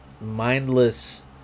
mindless